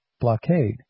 blockade